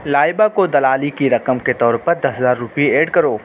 لائبہ کو دلالی کی رقم کے طور پر دس ہزار روپئے ایڈ کرو